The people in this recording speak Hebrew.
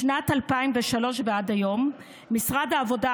משנת 2003 ועד היום משרד העבודה,